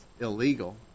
illegal